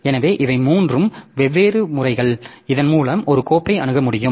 எனவே இவை மூன்று வெவ்வேறு முறைகள் இதன் மூலம் ஒரு கோப்பை அணுக முடியும்